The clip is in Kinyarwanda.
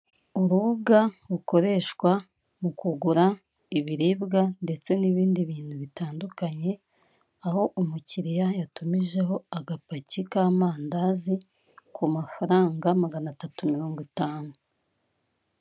Urubuga rukoreshwa mu kugura ibiribwa ndetse n'ibindi bintu bitandukanye. Aho umukiriya yatumijeho agapaki k'amandazi, ku mafaranga magana atutu mirongo itanu.